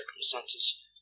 circumstances